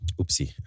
Oopsie